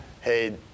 hey